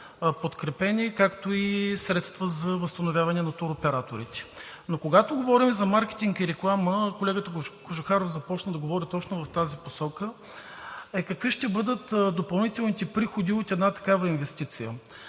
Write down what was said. подкрепени, както и средства за възстановяване на туроператорите. Но когато говорим за маркетинг и реклама – колегата Кожухаров започна да говори точно в тази посока, какви ще бъдат допълнителните приходи от една такава инвестиция?